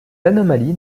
anomalies